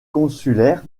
consulaire